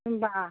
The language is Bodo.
होनबा